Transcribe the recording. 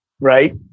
right